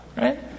right